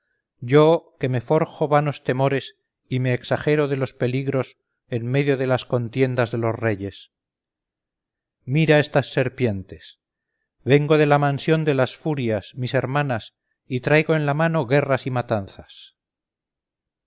yo que me forjo vanos temores y me exagero de los peligros en medio de las con tiendas de los reyes mira estas serpientes vengo de la mansión de las furias mis hermanas y traigo en la mano guerras y matanzas